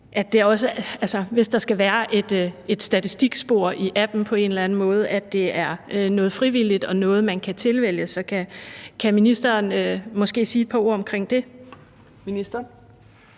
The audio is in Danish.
hvis der skal være et statistikspor i appen på en eller anden måde, er noget frivilligt og noget, man kan tilvælge. Så kan ministeren måske sige et par ord om det?